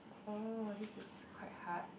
oh this is quite hard